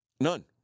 None